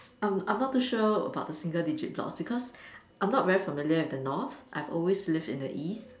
I'm I'm not too sure about the single digit blocks because I'm not familiar with the North I've always lived in the east